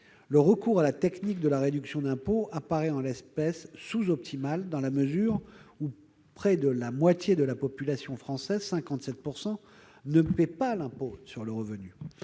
le recours à la technique de la réduction d'impôt apparaît en l'espèce sous-optimale dans la mesure où plus de la moitié de la population française- 57 % précisément -ne paie pas l'impôt sur le revenu.